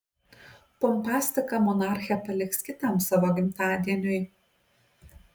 pompastiką monarchė paliks kitam savo gimtadieniui